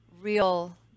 real